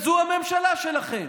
זו הממשלה שלכם.